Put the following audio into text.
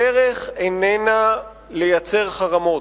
הדרך איננה לייצר חרמות.